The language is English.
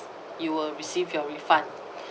you will receive your refund